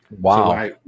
wow